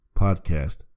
podcast